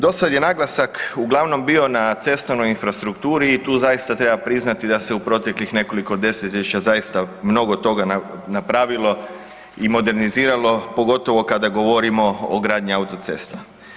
Dosad je naglasak uglavnom bio na cestovnoj infrastrukturi i tu zaista treba priznati da se u proteklih nekoliko desetljeća zaista mnogo toga napravilo i moderniziralo, pogotovo kada govorimo o gradnji autocesta.